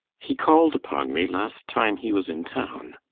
he called upon me last time he was in town.